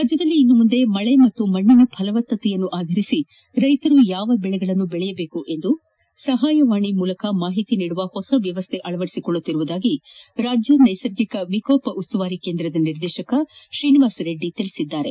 ರಾಜ್ದದಲ್ಲಿ ಇನ್ನು ಮುಂದೆ ಮಳೆ ಮತ್ತು ಮಣ್ಣಿನ ಫಲವತ್ತತೆ ಆಧರಿಸಿ ರೈತರು ಯಾವ ಬೆಳೆಗಳನ್ನು ಬೆಳೆಯಬೇಕು ಎಂದು ಸಹಾಯವಾಣಿ ಮೂಲಕ ಮಾಹಿತಿ ನೀಡುವ ಹೊಸ ವ್ಯವಸ್ಥೆ ಅಳವಡಿಸೊಳ್ಳುತ್ತಿರುವುದಾಗಿ ರಾಜ್ಯ ನೈಸರ್ಗಿಕ ವಿಕೋಪ ಉಸ್ತುವಾರಿ ಕೇಂದ್ರದ ನಿರ್ದೇಶಕ ಶ್ರೀನಿವಾಸರೆಡ್ಡಿ ತಿಳಿಸಿದ್ದಾರೆ